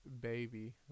Baby